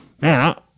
man